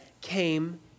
came